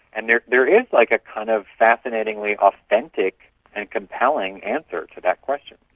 and there there is like a kind of fascinatingly authentic and compelling answer to that question.